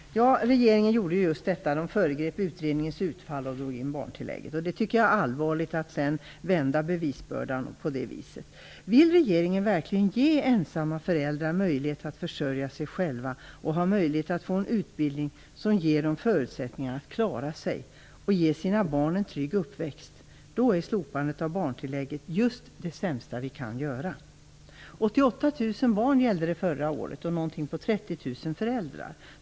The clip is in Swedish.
Fru talman! Regeringen gjorde just detta; den föregrep utredningens utfall och drog in barntillägget. Jag tycker det är allvarligt att vända bevisbördan på det viset. Om regeringen verkligen vill ge ensamma föräldrar möjlighet att försörja sig själva och möjlighet att få en utbildning som ger dem förutsättningar att klara sig och att ge sina barn en trygg uppväxt - då är just slopandet av barntillägget det sämsta man kan göra. 30 000 föräldrar.